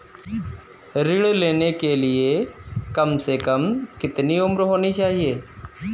ऋण लेने के लिए कम से कम कितनी उम्र होनी चाहिए?